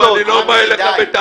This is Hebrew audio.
אסף, אני לא בא אליך בטענות.